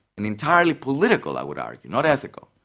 an entirely political, i would argue, not ethical,